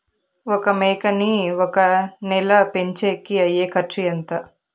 ఒక మేకని ఒక నెల పెంచేకి అయ్యే ఖర్చు ఎంత?